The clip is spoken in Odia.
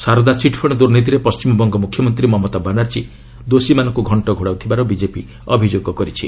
ସାରଦା ଚିଟ୍ଫଣ୍ଡ ଦୁର୍ନୀତିରେ ପଣ୍ଢିମବଙ୍ଗ ମୁଖ୍ୟମନ୍ତ୍ରୀ ମମତା ବାନାର୍ଜୀ ଦୋଷୀମାନଙ୍କୁ ଘଣ୍ଟ ଘୋଡ଼ାଉଥିବାର ବିଜେପି ଅଭିଯୋଗ କରିଛି